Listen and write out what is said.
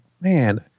man